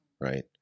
right